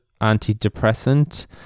antidepressant